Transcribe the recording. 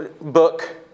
book